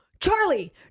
Charlie